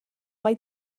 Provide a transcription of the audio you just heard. mai